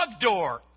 door